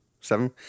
seven